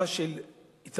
התופעה של ההתאבדויות.